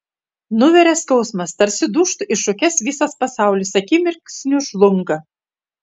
nuveria skausmas tarsi dūžtu į šukes visas pasaulis akimirksniu žlunga